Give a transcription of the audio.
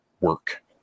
work